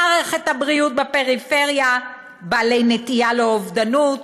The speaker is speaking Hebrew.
מערכת הבריאות בפריפריה, בעלי נטייה לאובדנות,